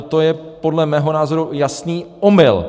To je podle mého názoru jasný omyl!